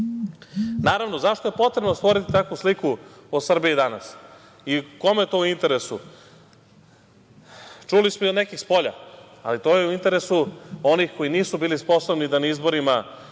zašto je potrebno stvoriti takvu sliku o Srbiji danas i kome je to u interesu? Čuli smo i od nekih spolja, ali to je i u interesu onih koji nisu bili sposobni da na izborima